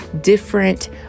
different